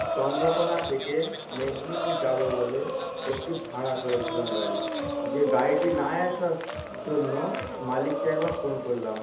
চন্দ্রকোণা থেকে মেদিনীপুর যাব বলে একটি ভাড়া করেছিলাম গাড়ি দিয়ে গাড়িটি না আসার জন্য মালিককে একবার ফোন করলাম